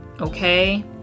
Okay